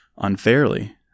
unfairly